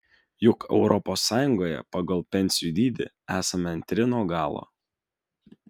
juk europos sąjungoje pagal pensijų dydį esame antri nuo galo